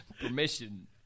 Permission